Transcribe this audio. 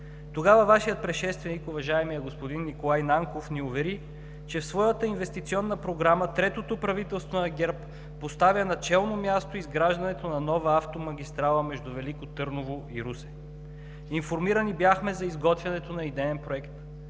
Тогава Вашият предшественик – уважаемият господин Николай Нанков, ни увери, че в своята инвестиционна програма третото правителство на ГЕРБ поставя на челно място изграждането на нова автомагистрала между Велико Търново и Русе. Информирани бяхме за изготвянето на идеен проект,